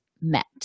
met